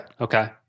Okay